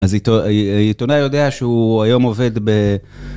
אז עיתונאי יודע שהוא היום עובד ב...